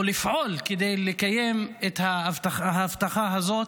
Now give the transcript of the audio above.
או לפעול כדי לקיים את ההבטחה הזאת,